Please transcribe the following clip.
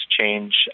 change